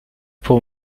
pour